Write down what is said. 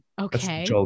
Okay